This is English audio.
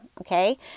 Okay